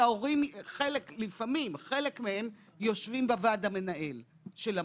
שהורים, חלק מהם, יושבים בוועד המנהל של המעון.